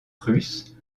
russe